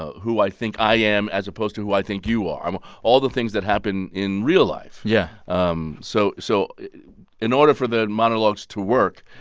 who i think i am as opposed to who i think you are. i mean, all the things that happen in real life yeah um so so in order for the monologues to work,